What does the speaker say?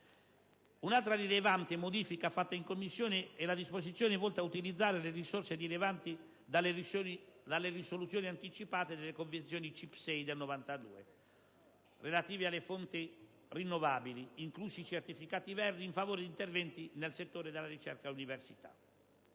Un'altra rilevante modifica apportata in Commissione riguarda la disposizione volta ad utilizzare le risorse derivanti dalle risoluzioni anticipate delle convenzioni CIP 6 del 1992 relative alle fonti rinnovabili, inclusi i certificati verdi, in favore di interventi nel settore della ricerca e dell'università.